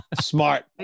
Smart